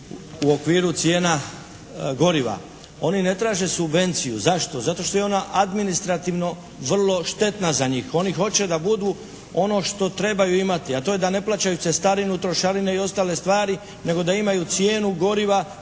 u okviru cijena goriva. Oni ne traže subvenciju. Zašto? Zato što je ona administrativno vrlo štetna za njih. Oni hoće da budu ono što trebaju imati, a to je da ne plaćaju cestarinu, trošarine i ostale stvari nego da imaju cijenu goriva